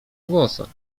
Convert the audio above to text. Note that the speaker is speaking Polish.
włosach